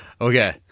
Okay